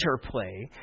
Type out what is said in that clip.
interplay